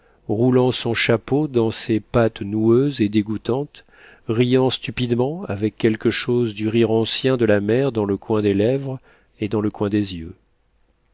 roulant son chapeau dans ses pattes noueuses et dégoûtantes riant stupidement avec quelque chose du rire ancien de la mère dans le coin des lèvres et dans le coin des yeux